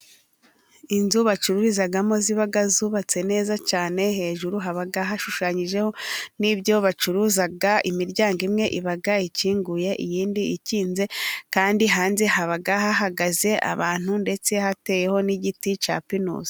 Inzu bacururizamo ziba zubatse neza cyane, hejuru haba hashushanyijeho n'ibyo bacuruza. Imiryango imwe iba ikinguye iyindi ikinze, kandi hanze haba hahagaze abantu ndetse hateyeho n'igiti cya pinusi.